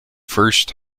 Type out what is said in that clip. first